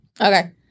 Okay